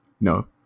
no